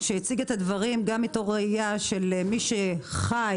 שהציג את הדברים גם מתוך ראייה של מי שחי